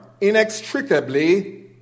inextricably